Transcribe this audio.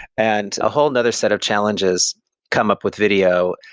and a whole another set of challenges come up with video,